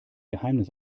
geheimnis